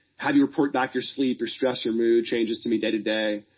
have you report back your sleep, your stress, your mood changes to me day-to-day.